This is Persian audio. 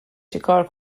چیکار